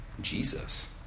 Jesus